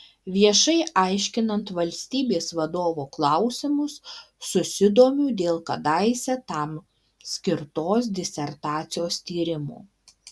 viešai aiškinant valstybės vadovo klausimus susidomiu dėl kadaise tam skirtos disertacijos tyrimų